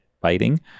biting